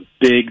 big